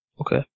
Okay